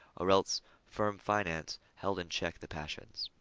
or else firm finance held in check the passions.